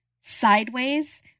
sideways